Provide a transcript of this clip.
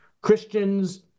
Christians